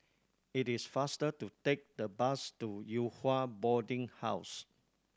it is faster to take the bus to Yew Hua Boarding House